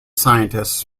scientists